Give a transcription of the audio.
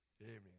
Amen